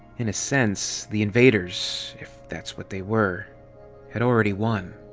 in a sense, the invaders if that's what they were had already won.